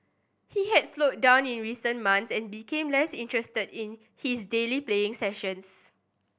he had slowed down in recent months and became less interested in his daily playing sessions